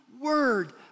word